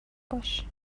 باش